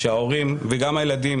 שההורים וגם הילדים,